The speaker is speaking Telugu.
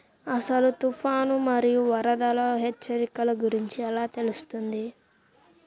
అసలు తుఫాను మరియు వరదల హెచ్చరికల గురించి ఎలా తెలుస్తుంది?